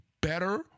better